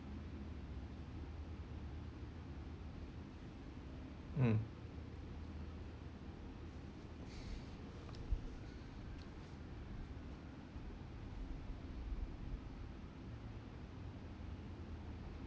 mm